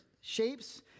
shapes